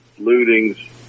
lootings